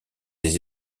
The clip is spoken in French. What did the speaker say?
des